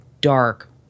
dark